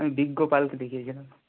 আমি বিজ্ঞ পালকে দেখিয়েছিলাম